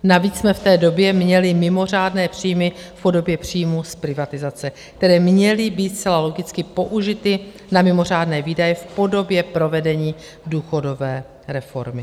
Navíc jsme v té době měli mimořádné příjmy v podobě příjmů z privatizace, které měly být zcela logicky použity na mimořádné výdaje v podobě provedení důchodové reformy.